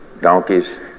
donkeys